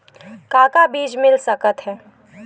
का का बीज मिल सकत हे?